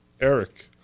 Eric